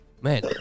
man